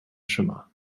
schimmer